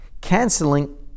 canceling